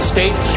State